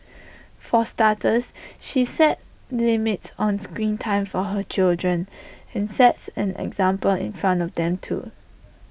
for starters she set limits on screen time for her children and sets an example in front of them too